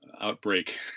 outbreak